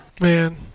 Man